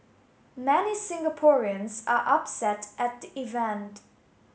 many Singaporeans are upset at the event